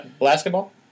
Basketball